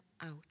out